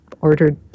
ordered